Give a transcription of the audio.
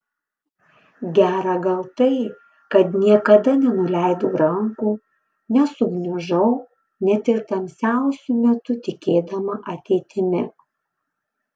gera gal tai kad niekada nenuleidau rankų nesugniužau net ir tamsiausiu metu tikėdama ateitimi